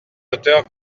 auteurs